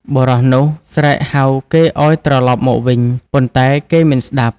បុរសនោះស្រែកហៅគេឱ្យត្រឡប់មកវិញ ប៉ុន្តែគេមិនស្ដាប់។